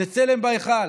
זה צלם בהיכל.